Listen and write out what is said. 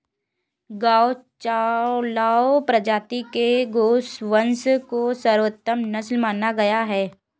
गावलाव प्रजाति के गोवंश को सर्वोत्तम नस्ल माना गया है